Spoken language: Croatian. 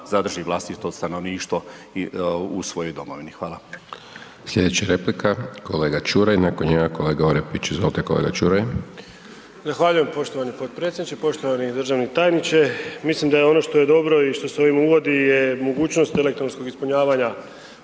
zadrži vlastito stanovništvo u svojoj domovini. Hvala. **Hajdaš Dončić, Siniša (SDP)** Sljedeća replika, kolega Čuraj, nakon njega kolega Orepić, izvolite kolega Čuraj. **Čuraj, Stjepan (HNS)** Zahvaljujem poštovani potpredsjedniče. Poštovani državni tajniče, mislim da je ono što je dobro i što se ovim uvodi, mogućnost elektronskog ispunjavanja